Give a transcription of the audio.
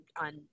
on